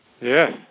Yes